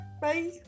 Bye